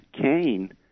Cain